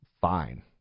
fine